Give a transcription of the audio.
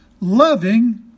loving